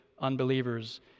unbelievers